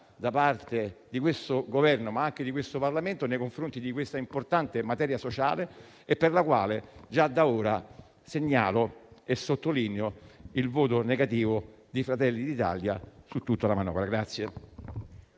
da parte del Governo, ma anche del Parlamento, nei confronti di questa importante materia sociale. Già da ora segnalo e sottolineo il voto negativo di Fratelli d'Italia su tutta la manovra.